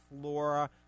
flora